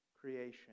creation